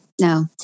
no